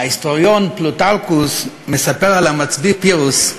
ההיסטוריון פלוטרכוס מספר על המצביא פירוס,